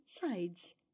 sides